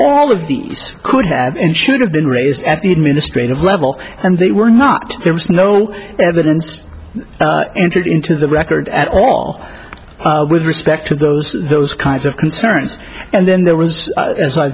all of these could have and should have been raised at the administrative level and they were not there was no evidence entered into the record at all with respect to those those kinds of concerns and then there was as i